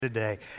today